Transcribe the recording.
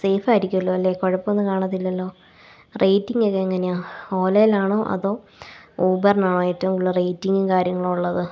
സേഫായിരിക്കുമല്ലോ അല്ലേ കുഴപ്പം ഒന്നും കാണത്തില്ലലോ റേറ്റിംഗ് ഒക്കെ എങ്ങനെയാണ് ഓലയിലാണോ അതോ ഊബറിനാണോ ഏറ്റവും കൂടുതൽ റേറ്റിങ്ങും കാര്യങ്ങളും ഉള്ളത്